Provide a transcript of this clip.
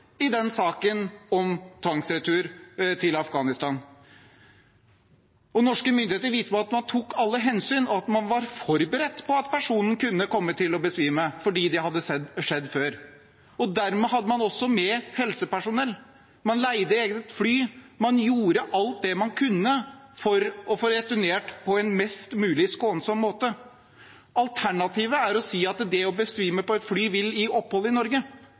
i saken om tvangsretur til Afghanistan. Norske myndigheter viste at man tok alle hensyn, og at man var forberedt på at personen kunne komme til å besvime, fordi det hadde skjedd før. Dermed hadde man også med helsepersonell. Man leide eget fly, og man gjorde alt man kunne for å få returnert på en mest mulig skånsom måte. Alternativet er å si at det å besvime på et fly, vil gi opphold i Norge.